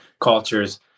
cultures